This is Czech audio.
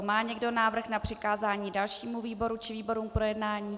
Má někdo návrh na přikázání dalšímu výboru či výborům k projednání?